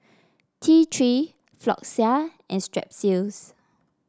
T Three Floxia and Strepsils